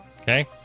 Okay